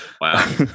Wow